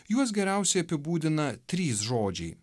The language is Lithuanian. juos geriausiai apibūdina trys žodžiai